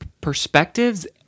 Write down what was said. perspectives